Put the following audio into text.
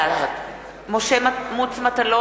בעד משה מטלון,